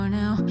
now